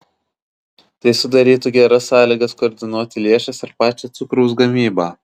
tai sudarytų geras sąlygas koordinuoti lėšas ir pačią cukraus gamybą